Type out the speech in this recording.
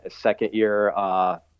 second-year